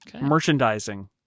Merchandising